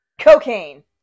Cocaine